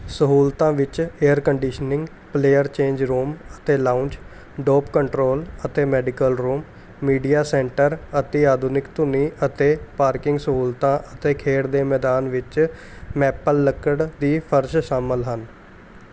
ਸਹੂਲਤਾਂ ਵਿੱਚ air conditioning player change room ਅਤੇ ਲਾਊਂਜ ਡੋਪ ਕੰਟਰੋਲ ਅਤੇ ਮੈਡੀਕਲ ਰੂਮ ਮੀਡੀਆ ਸੈਂਟਰ ਅਤਿ ਆਧੁਨਿਕ ਧੁਨੀ ਅਤੇ ਪਾਰਕਿੰਗ ਸਹੂਲਤਾਂ ਅਤੇ ਖੇਡ ਦੇ ਮੈਦਾਨ ਵਿੱਚ ਮੈਪਲ ਲੱਕੜ ਦੇ ਫਰਸ਼ ਸ਼ਾਮਲ ਹਨ